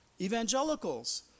Evangelicals